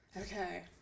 Okay